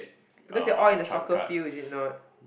because you are all in the soccer field is it not